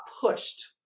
pushed